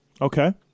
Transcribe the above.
Okay